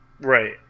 Right